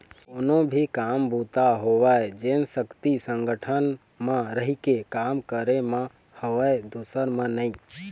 कोनो भी काम बूता होवय जेन सक्ति संगठन म रहिके काम करे म हवय दूसर म नइ